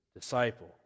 disciple